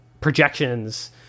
projections